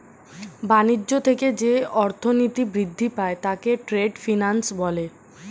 বাণিজ্য থেকে যে অর্থনীতি বৃদ্ধি পায় তাকে ট্রেড ফিন্যান্স বলে